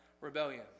rebellion